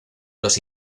los